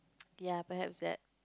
ya perhaps that